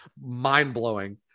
mind-blowing